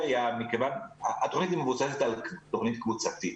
שהתוכנית מבוססת על תוכנית קבוצתית,